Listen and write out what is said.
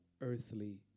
earthly